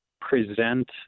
present